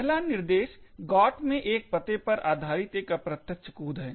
पहला निर्देश GOT में एक पते पर आधारित एक अप्रत्यक्ष कूद है